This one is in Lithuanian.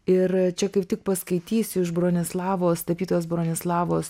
ir čia kaip tik paskaitysiu iš bronislavos tapytojos bronislavos